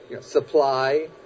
supply